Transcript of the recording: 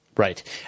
Right